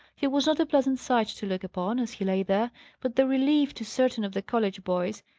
he was not a pleasant sight to look upon, as he lay there but the relief to certain of the college boys,